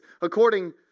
according